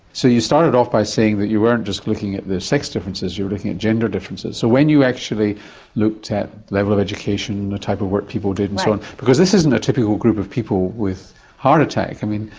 so you started off by saying that you weren't just looking at the sex differences, you were looking at gender differences, so when you actually looked at the level of education, and the type of work people did and so on, because this isn't a typical group of people with heart attack. i mean,